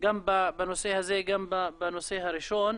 גם בנושא הזה, גם בנושא הראשון.